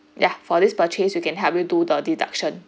ya for this purchase we can help you do the deduction